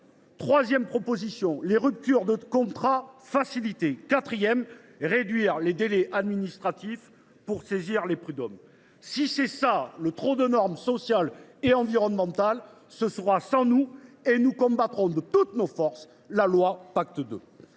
Troisième proposition : faciliter les ruptures de contrat. Quatrième proposition : réduire les délais administratifs pour saisir les prud’hommes. Si c’est cela, le « trop de normes sociales et environnementales », ce sera sans nous, et nous combattrons de toutes nos forces la loi Pacte II